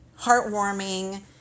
heartwarming